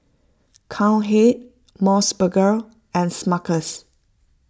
Cowhead Mos Burger and Smuckers